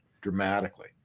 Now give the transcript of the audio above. dramatically